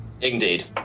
Indeed